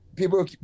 people